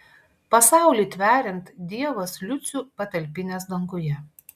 pasaulį tveriant dievas liucių patalpinęs danguje